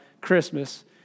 Christmas